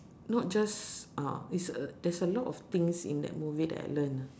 not just uh it's a there's a lot of things in that movie that I learn